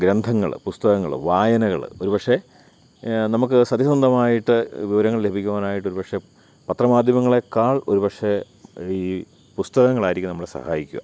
ഗ്രന്ഥങ്ങൾ പുസ്തകങ്ങൾ വായനകൾ ഒരുപക്ഷേ നമുക്ക് സത്യസന്ധമായിട്ട് വിവരങ്ങൾ ലഭിക്കുവാനായിട്ട് ഒരുപക്ഷേ പത്രമാധ്യമങ്ങളെക്കാൾ ഒരുപക്ഷേ ഈ പുസ്തകങ്ങളായിരിക്കും നമ്മളെ സഹായിക്കുക